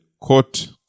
court